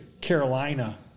Carolina